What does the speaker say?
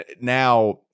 Now